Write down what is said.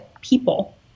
people